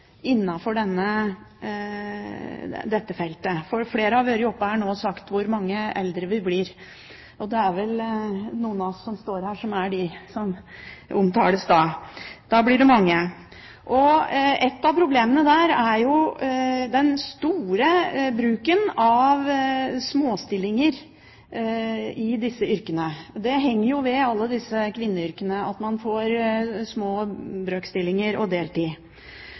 dette feltet. Flere har vært oppe her nå og snakket om hvor mange eldre vi blir – og det er vel noen av oss her som er de som omtales. Da blir det mange. Et av problemene i den forbindelse er den store bruken av småstillinger i disse yrkene. Det henger ved alle disse kvinneyrkene at man får små brøkstillinger og deltid.